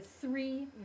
three